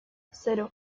zero